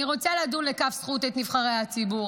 אני רוצה לדון לכף זכות את נבחרי הציבור,